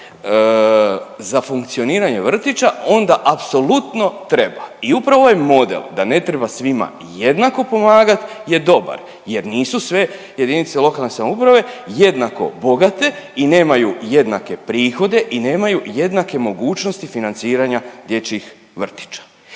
za funkcioniranje vrtića onda apsolutno treba. I upravo ovaj model da ne treba svima jednako pomagat je dobar jer nisu sve jedinice lokalne samouprave jednako bogate i nemaju jedna prihode i nemaju jednake mogućnosti financiranja dječjih vrtića,